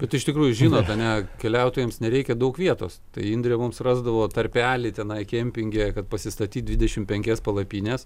bet iš tikrųjų žinot ane keliautojams nereikia daug vietos tai indrė mums rasdavo tarpelį tenai kempinge kad pasistatyt dvidešimt penkias palapines